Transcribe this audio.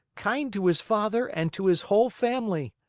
kind to his father, and to his whole family